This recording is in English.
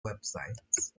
websites